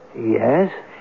Yes